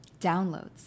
downloads